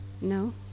No